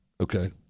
okay